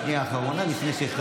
חברת הכנסת פנינה תמנו שטה,